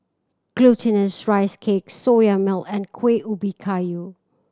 Glutinous Rice Cake Soya Milk and Kuih Ubi Kayu